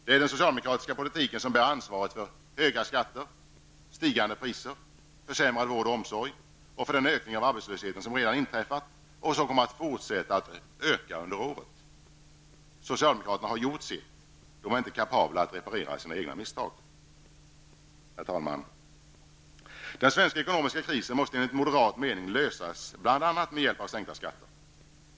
Det är den socialdemokratiska politiken som bär ansvaret för höga skatter, stigande priser, försämrad vård och omsorg och för den ökning av arbetslösheten som redan inträffat och som kommer att fortsätta att öka under året. Socialdemokraterna har gjort sitt. De är inte kapabla att reparera sina egna misstag. Herr talman! Den svenska ekonomiska krisen måste enligt moderat mening lösas bl.a. med hjälp av sänkta skatter.